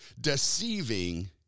deceiving